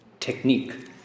technique